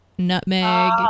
Nutmeg